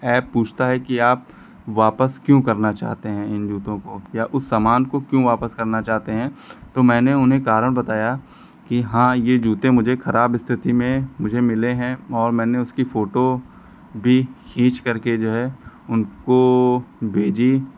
app पूछता है कि आप वापस क्यों करना चाहते हैं इन जूतों को या उस सामान को क्यों वापस करना चाहते हैं तो मैंने उन्हें कारण बताया कि हाँ ये जूते मुझे खराब स्थिति में मुझे मिले हैं और मैंने उसकी फ़ोटो भी खींचकर के जो है उनको भेजी